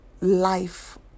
life